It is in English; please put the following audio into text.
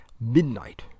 midnight